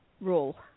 rule